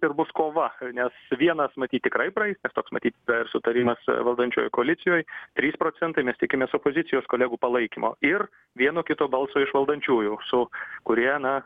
ir bus kova nes vienas matyt tikrai praeis nes toks matyt sutarimas valdančiojoj koalicijoj trys procentai mes tikimės opozicijos kolegų palaikymo ir vieno kito balso iš valdančiųjų su kurie na